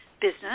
business